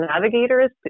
navigators